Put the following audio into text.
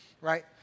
right